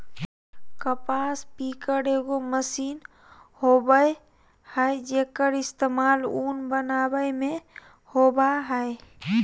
कपास पिकर एगो मशीन होबय हइ, जेक्कर इस्तेमाल उन बनावे में होबा हइ